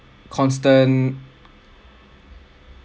constant